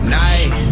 night